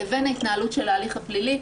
לבין ההתנהלות של ההליך הפלילי,